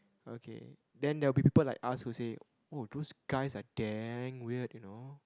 okay then there will be people like us who say oh those guys are damn weird you know